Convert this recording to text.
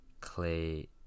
clay